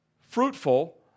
fruitful